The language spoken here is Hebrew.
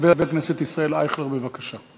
חבר הכנסת ישראל אייכלר, בבקשה.